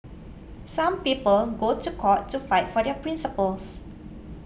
some people go to court to fight for their principles